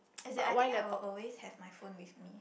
as in I think I will always have my phone with me